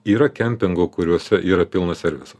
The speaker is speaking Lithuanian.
yra kempingų kuriuose yra pilna serviso